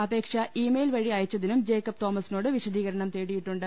അപേക്ഷ email വഴി അയ ച്ചതിനും ജേക്കബ് തോമസിനോട് വിശദീകരണം തേടിയിട്ടുണ്ട്